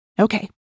Okay